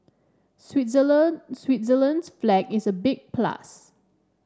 Switzerland Switzerland's flag is a big plus